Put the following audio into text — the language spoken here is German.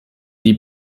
die